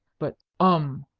but um!